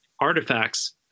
artifacts